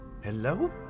Hello